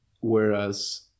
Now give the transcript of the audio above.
Whereas